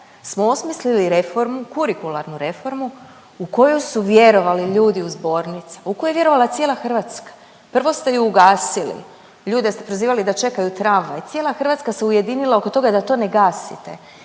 smo osmislili reformu, kurikularnu reformu u koju su vjerovali ljudi u zbornicama, u koju je vjerovala cijela Hrvatska, prvo ste ju ugasili, ljude ste prozivali da čekaju tramvaj, cijela Hrvatska se ujedinila oko toga da to ne gasite